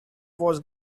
was